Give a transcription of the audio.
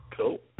Cool